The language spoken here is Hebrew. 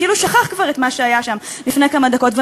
כאילו שכח כבר את מה שהיה שם לפני כמה דקות.